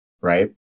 Right